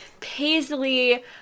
paisley